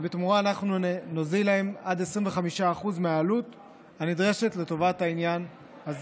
ובתמורה אנחנו נוזיל להם עד 25% מהעלות הנדרשת לטובת העניין הזה.